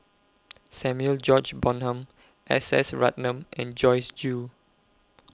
Samuel George Bonham S S Ratnam and Joyce Jue